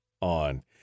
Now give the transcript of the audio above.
on